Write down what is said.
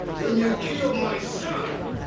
when you kill my son